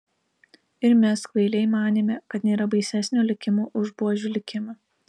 ir mes kvailiai manėme kad nėra baisesnio likimo už buožių likimą